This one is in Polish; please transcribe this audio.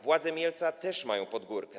Władze Mielca też mają pod górkę.